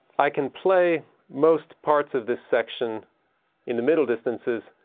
i can play most parts of this section in the middle distances